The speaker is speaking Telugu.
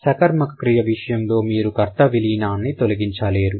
సకర్మక క్రియ విషయంలో మీరు కర్త విలీనాన్ని తొలగించలేరు